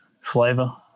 flavor